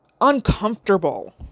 uncomfortable